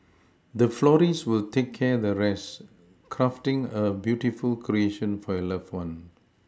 the florist will take care the rest crafting a beautiful creation for your loved one